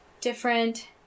different